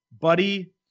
Buddy